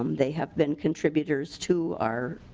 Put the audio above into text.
um they have been contributors to our